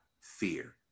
fear